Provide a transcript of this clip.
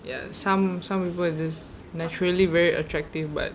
ya some some people are just naturally very attractive but